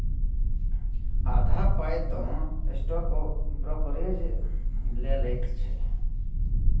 आधा पाय तँ स्टॉक ब्रोकरेजे लए लैत छै